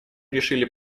решили